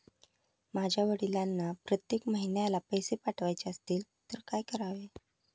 माझ्या वडिलांना प्रत्येक महिन्याला पैसे पाठवायचे असतील तर काय करावे?